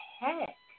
heck